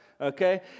okay